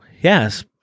yes